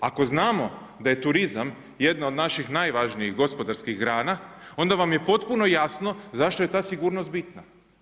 Ako znamo da je turizam jedna od naših najvažnijih gospodarskih grana, onda vam je potpuno jasno zašto je ta sigurnost bitna.